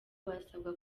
barasabwa